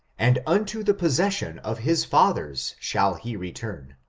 and unto the possesion of his fathers shall he return.